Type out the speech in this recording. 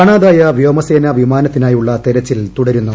കാണാതായ വ്യോമസേനാ വിമാനത്തിനായുള്ള തെരച്ചിൽ തുടരുന്നു